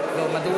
לא.